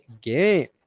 game